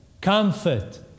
comfort